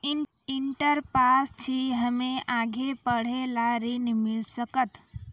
Inter pass छी हम्मे आगे पढ़े ला ऋण मिल सकत?